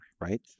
right